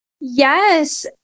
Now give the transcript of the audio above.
Yes